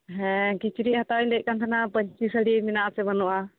ᱦᱮᱸ ᱠᱤᱪᱨᱤᱡ ᱦᱟᱛᱟᱣᱧ ᱞᱟᱹᱭᱮᱫ ᱠᱟᱱ ᱛᱟᱦᱮᱱᱟ ᱯᱟᱹᱧᱪᱤ ᱥᱟᱹᱲᱤ ᱢᱮᱱᱟᱜᱼᱟ ᱥᱮ ᱵᱟᱹᱱᱩᱜᱼᱟ